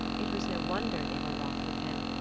it was no wonder they were wroth with him,